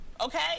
Okay